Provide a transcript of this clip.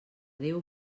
déu